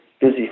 busy